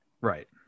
right